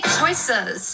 choices